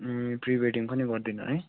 pre wedding पनि गरिदिनु है